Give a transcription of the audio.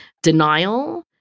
Denial